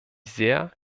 sehr